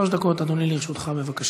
שלוש דקות, אדוני, לרשותך.